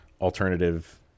alternative